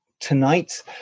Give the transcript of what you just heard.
Tonight